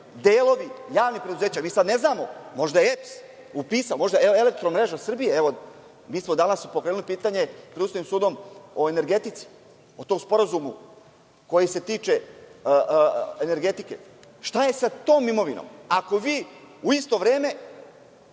delovi javnih preduzeća… Mi sad ne znamo, možda EPS, možda „Elektromreža“ Srbije… Mi smo danas pokrenuli pitanje pred Ustavnim sudom o energetici, o tom sporazumu koji se tiče energetike. Šta je sa tom imovinom? Ako vi u isto vreme